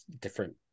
different